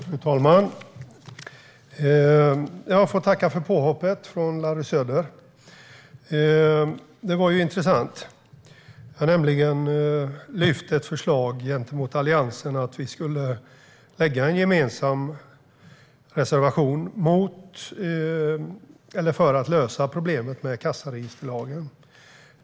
Fru talman! Jag får tacka för påhoppet från Larry Söder! Det var intressant. Jag har nämligen lagt fram ett förslag för Alliansen om en gemensam reservation för att lösa problemet med kassaregisterlagen.